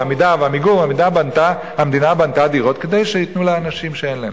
"עמידר" ו"עמיגור"; המדינה בנתה דירות כדי שייתנו לאנשים שאין להם.